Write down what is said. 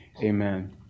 Amen